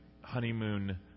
honeymoon